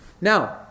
Now